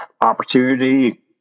opportunity